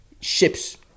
ships